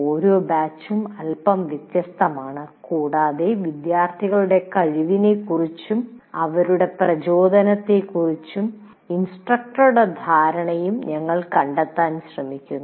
ഓരോ ബാച്ചും അല്പം വ്യത്യസ്തമാണ് കൂടാതെ വിദ്യാർത്ഥികളുടെ കഴിവുകളെക്കുറിച്ചും അവരുടെ പ്രചോദനത്തെക്കുറിച്ചും ഇൻസ്ട്രക്ടറുടെ ധാരണയും ഞങ്ങൾ കണ്ടെത്താൻ ശ്രമിക്കുന്നു